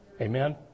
Amen